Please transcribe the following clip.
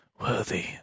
worthy